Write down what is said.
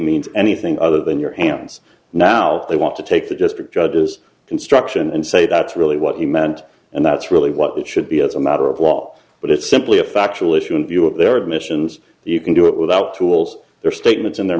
means anything other than your hands now they want to take the district judges construction and say that's really what he meant and that's really what it should be as a matter of law but it's simply a factual issue in view of their admissions you can do it without tools their statements and their